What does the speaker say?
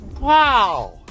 Wow